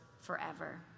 forever